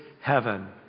heaven